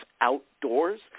outdoors